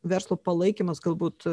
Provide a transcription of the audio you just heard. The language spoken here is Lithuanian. verslo palaikymas galbūt